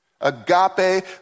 Agape